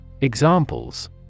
Examples